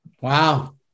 Wow